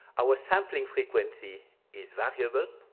our sampling frequency is valuable.